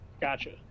Gotcha